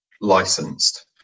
licensed